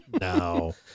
no